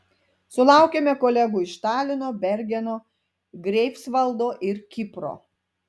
sulaukėme kolegų iš talino bergeno greifsvaldo ir kipro